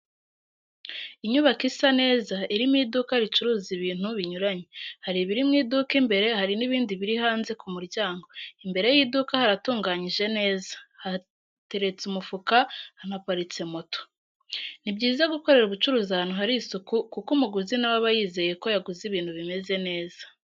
Inyubako isa neza irimo iduka ricuruza ibintu binyuranye, hari ibiri mu iduka imbere hari n'ibindi biri hanze ku muryango, imbere y'iduka haratunganyije neza, hateretse umufuka hanaparitse moto. Ni byiza gukorera ubucuruzi ahantu hari isuku kuko umuguzi nawe aba yizeye ko yaguze ibintu bimeze neza.